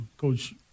Coach